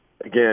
again